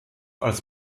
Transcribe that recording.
als